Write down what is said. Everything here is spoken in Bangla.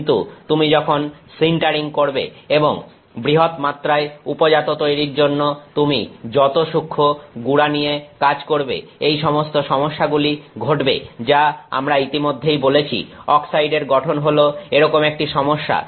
কিন্তু তুমি যখন সিন্টারিং করবে এই বৃহৎমাত্রার উপজাত তৈরীর জন্য তুমি যত সূক্ষ্ম গুড়া নিয়ে কাজ করবে এই সমস্ত সমস্যাগুলি ঘটবে যা আমরা ইতিমধ্যেই বলেছি অক্সাইডের গঠন হলো এরকম একটি সমস্যা